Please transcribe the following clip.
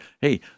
hey